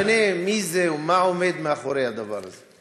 משנה מי זה ומה עומד מאחורי הדבר הזה.